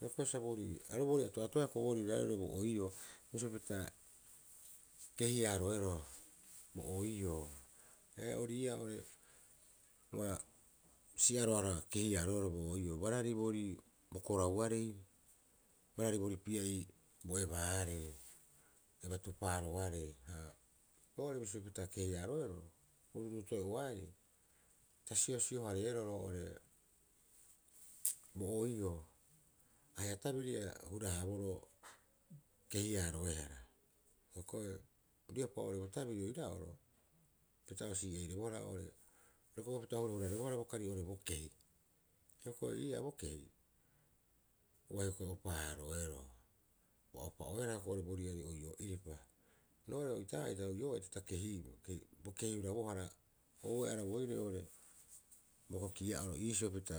Hioko'i sa boori aru boorii ato'atoea ko'i roiraarei bo oioo bisio pita kehiaroeroo bo oioo. Ee ori ii'aa ore ua si'aroaro kehiaaroeroo bo oioo barari boori bo korauarei barari borii pia'ii bo ebaarei eba tupaaroarei, ha oo'ore bisio pita kehiaroeroo bo ruuruutoe'oarei ta siosio- hareeroo roo'ore bo oioo. A he'a tabiri ahura- haaboroo kehiaroehara hioko'i riopa oo'ore bo tabiri oira'oro pita o sii'eirebohara oo'ore reko'eepito o hurarebohara bo kari oo'ore bo kehi. Hioko'i iraa bo kehi, hioko'i ii'aa bo kehi ua hioko'i opa- haaroeroo. Ua opa'oehara hioko'i boriari oiioo iripa. Roo'ore oitaa'it oi oo'ita ta kehiia. Ta bo kehi hurabohara oue arabooire bo iisio pita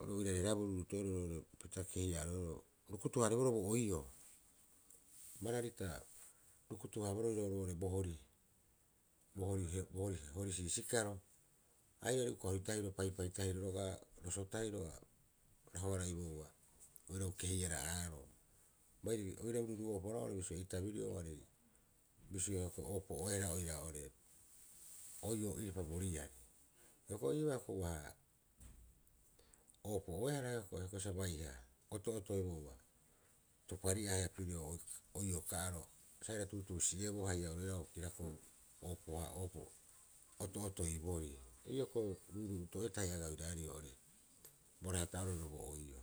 oirareraea bo ruuruutoe'oro pita kehiiaroero rukutu- haareeboroo o oiioo. Barari ta rukutu haaboroo oirau bo hori- bo hori hori siisiikara airari ka hori oo'ore tahiro paipai tahiro roga'a roso tahiro a rahoaraibouba oirau kehiua'aaroo bai oirau ruru'o'opa roga'a bisio eitabiri'oo aarei oopo'oea oiioo iripa boriari hiokoi ii'oo oopo'oehara ko'e sa baiha oto'otoebouba tupari'aa pirio oii'oo ka'aro sa aira tuutuusi'eboo haia oru oira bokirako'o oopohaa'opa to'otoiborii. iroo hiokoi ruuruuto'e tahi agaa oiraare oo'ore bo raato'oro bo oii'oo.